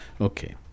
Okay